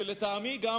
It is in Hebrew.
ולטעמי גם